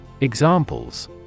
Examples